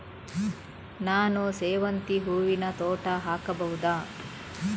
ನಾನು ಸೇವಂತಿ ಹೂವಿನ ತೋಟ ಹಾಕಬಹುದಾ?